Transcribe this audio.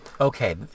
Okay